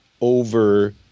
over